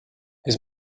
his